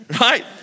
right